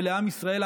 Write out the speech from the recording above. ולעם ישראל,